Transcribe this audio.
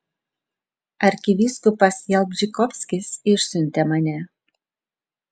arkivyskupas jalbžykovskis išsiuntė mane